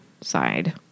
Side